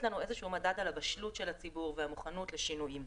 לנו איזשהו מדד על הבשלות של הציבור ועל המוכנות לשינויים.